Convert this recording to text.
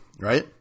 Right